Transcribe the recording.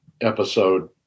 episode